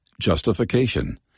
justification